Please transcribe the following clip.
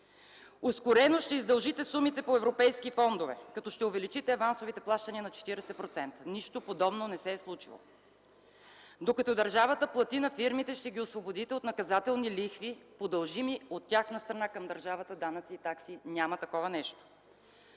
Ускорено ще издължите сумите по европейски фондове, като ще увеличите авансовите плащания на 40% – нищо подобно не се е случило. Докато държавата плати на фирмите, ще ги освободите от наказателни лихви по дължими от тяхна страна към държавата такси, данъци и така нататък – няма такова нещо.